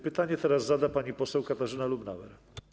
Pytanie teraz zada pani poseł Katarzyna Lubnauer.